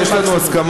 אבל יש לנו הסכמה,